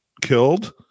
killed